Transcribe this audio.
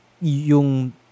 yung